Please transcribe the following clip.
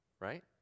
right